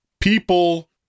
People